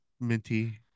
Minty –